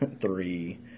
Three